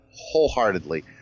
wholeheartedly